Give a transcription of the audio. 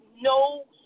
no